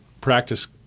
practice